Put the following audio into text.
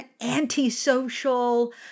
antisocial